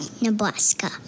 Nebraska